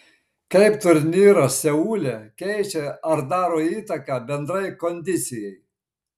kaip turnyras seule keičia ar daro įtaką bendrai kondicijai